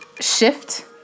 shift